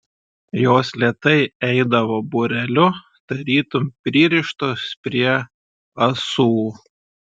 jos lėtai eidavo būreliu tarytum pririštos prie ąsų